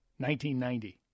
1990